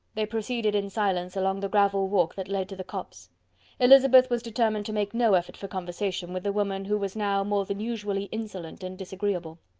they proceeded in silence along the gravel walk that led to the copse elizabeth was determined to make no effort for conversation with a woman who was now more than usually insolent and disagreeable.